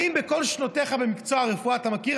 האם בכל שנותיך במקצוע הרפואה אתה מכיר